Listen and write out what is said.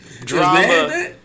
drama